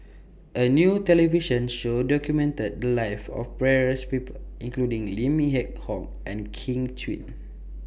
A New television Show documented The Lives of various People including Lim Yew Hock and Kin Chui